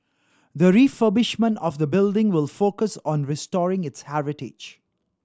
the refurbishment of the building will focus on restoring its heritage